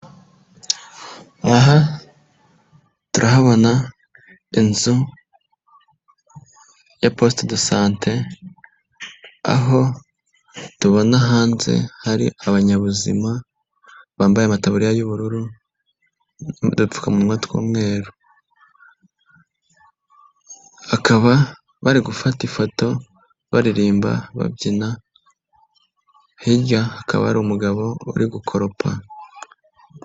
Aha turahabona inzu ya poste de sante. Aho tubona hanze hari abanyabuzima, bambaye amatabu y'ubururu n'udupfukamunwa tw'umweru. Bakaba bari gufata ifoto, baririmba, babyina. Hirya hakaba hari umugabo uri gukoropa.